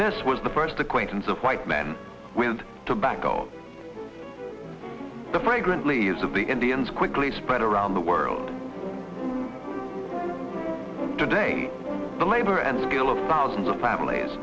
this was the first acquaintance of white men with tobacco the fragrantly is of the indians quickly spread around the world today the labor and skill of thousands of families